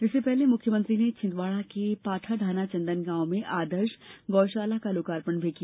इससे पहले मुख्यमंत्री ने छिंदवाड़ा के पाठाढाना चंदन गाँव में आदर्श गौ शाला का लोकार्पण भी किया